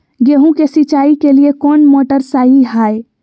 गेंहू के सिंचाई के लिए कौन मोटर शाही हाय?